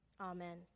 Amen